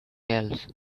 else